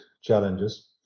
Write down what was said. challenges